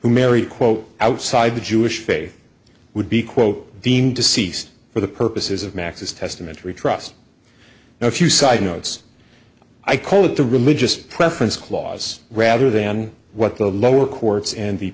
who marry quote outside the jewish faith would be quote deemed deceased for the purposes of max's testamentary trust if you side notes i call it the religious preference clause rather than what the lower courts and the